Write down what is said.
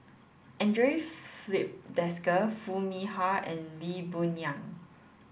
Andre Filipe Desker Foo Mee Har and Lee Boon Yang